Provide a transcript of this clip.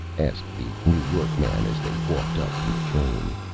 asked the new york man, as they walked up from the train.